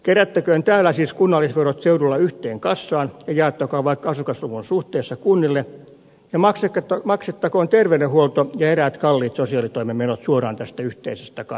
kerättäköön täällä siis kunnallisverot seudulla yhteen kassaan ja jaettakoon vaikka asukasluvun suhteessa kunnille ja maksettakoon terveydenhuolto ja eräät kalliit sosiaalitoimen menot suoraan tästä yhteisestä kassasta